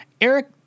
Eric